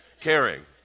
caring